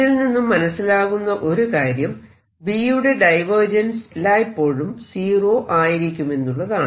ഇതിൽ നിന്നും മനസിലാകുന്ന ഒരു കാര്യം B യുടെ ഡൈവേർജൻസ് എല്ലായ്പ്പോഴും സീറോ ആയിരിക്കുമെന്നുള്ളതാണ്